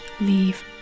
leave